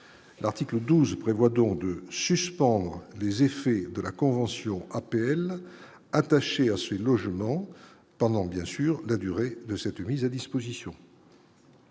l'article 12 prévoit donc de suspendre les effets de la convention APL attaché à ce logement pendant bien sûr la durée de cette mise à disposition.